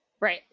Right